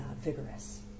vigorous